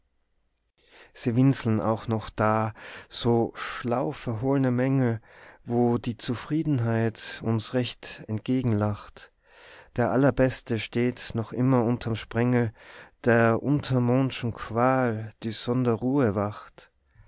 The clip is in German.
sie winseln auch noch da so schlau verhohlne mängel wo die zufriedenheit uns recht entgegen lacht der allerbeste steht noch immer unterm sprengel der untermondschen qual sie sonder ruhe wacht